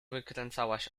wykręcałaś